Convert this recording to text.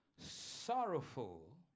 Sorrowful